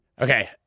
Okay